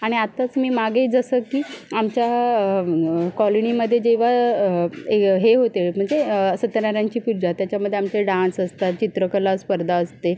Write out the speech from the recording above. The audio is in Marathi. आणि आत्ताच मी मागे जसं की आमच्या कॉलनीमध्ये जेव्हा हे होते म्हणजे सत्यनारायणची पूजा त्याच्यामध्ये आमचे डान्स असतात चित्रकला स्पर्धा असते